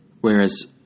whereas